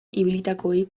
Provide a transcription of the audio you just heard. ibilitakoei